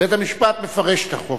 בית-המשפט מפרש את החוק.